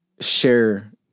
share